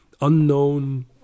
unknown